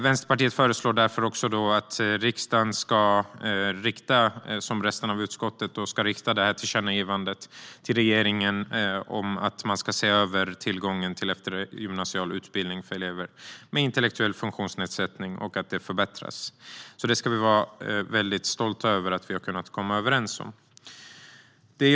Vänsterpartiet och resten av utskottet föreslår därför att riksdagen ska rikta ett tillkännagivande till regeringen om att se över och förbättra tillgången till eftergymnasial utbildning för elever med intellektuell funktionsnedsättning. Vi ska vara väldigt stolta över att vi har kunnat komma överens om detta.